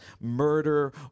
murder